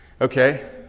Okay